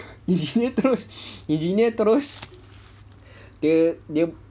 engineer terus engineer terus dia dia